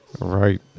Right